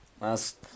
Last